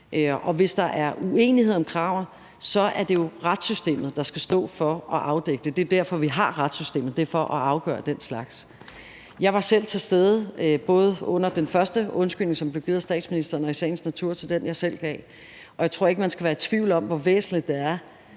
Og hvis der er uenighed om kravet, er det jo retssystemet, der skal stå for at afdække det. Det er derfor, vi har retssystemet; det er for at afgøre den slags. Jeg var selv til stede både under den første undskyldning, som blev givet af statsministeren, og i sagens natur ved den, jeg selv gav. Og jeg tror ikke, man skal være i tvivl om, hvor væsentligt det er,